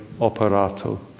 operato